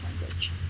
language